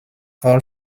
all